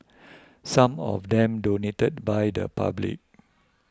some of them donated by the public